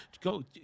go